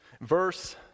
Verse